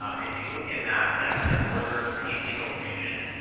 ah if you look in that that kind of northern panhandle region,